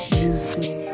juicy